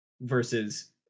versus